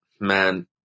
man